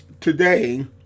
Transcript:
today